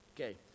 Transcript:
Okay